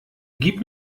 gib